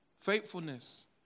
faithfulness